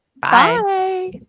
Bye